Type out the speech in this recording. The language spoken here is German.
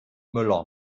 müller